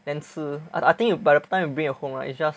then 吃 I think you by the time you bring it home right it's just